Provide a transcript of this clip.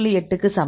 8 க்கு சமம்